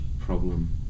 problem